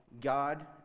God